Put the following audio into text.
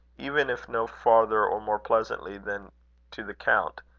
even if no farther or more pleasantly than to the count.